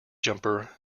jumper